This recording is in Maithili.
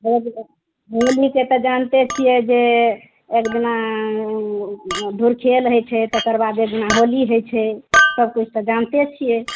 होली होलीके तऽ जानते छियै जे एक दिना धूरखेल हइ छै तकर बाद एक दिना होली हइ छै सब किछु तऽ जानते छियै